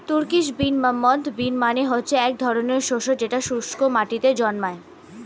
Turkish bean বা moth bean মানে হচ্ছে এক ধরনের শস্য যেটা শুস্ক মাটিতে জন্মায়